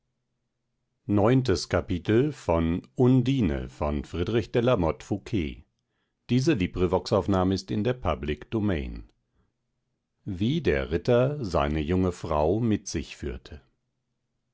wie der ritter seine junge frau mit sich führte